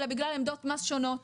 אלא בגלל עמדות מס שונות,